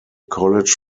college